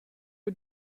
jeu